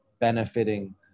benefiting